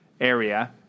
area